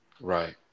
right